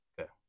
Okay